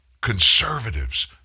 conservatives